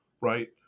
Right